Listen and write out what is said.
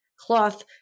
cloth